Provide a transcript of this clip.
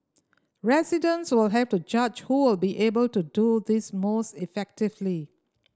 residents will have to judge who will be able to do this most effectively